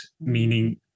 meaning